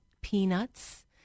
peanuts